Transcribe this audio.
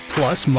Plus